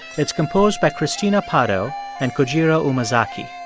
it's composed by cristina pato and kojiro umezaki.